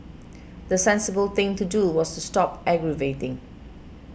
the sensible thing to do was to stop aggravating